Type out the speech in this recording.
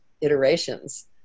iterations